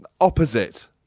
Opposite